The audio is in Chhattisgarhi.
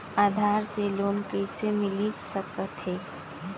आधार से लोन कइसे मिलिस सकथे?